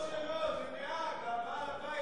זה לא שלו, הוא נהג, בעל הבית אמר לו לשפוך.